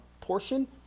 portion